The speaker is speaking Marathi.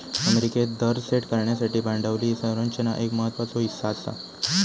अमेरिकेत दर सेट करण्यासाठी भांडवली संरचना एक महत्त्वाचो हीस्सा आसा